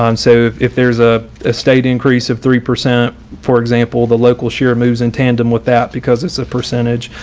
um so if there's ah a state increase of three, for for example, the local share moves in tandem with that because it's a percentage.